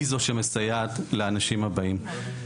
היא זו שמסייעת לאנשים הבאים.